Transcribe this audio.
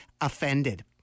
offended